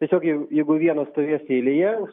tiesiog jei jeigu vienas stovės eilėje